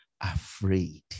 afraid